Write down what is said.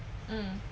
mm